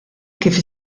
kif